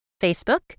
Facebook